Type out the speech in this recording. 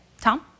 Tom